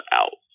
out